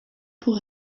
pour